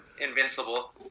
invincible